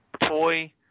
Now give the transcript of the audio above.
toy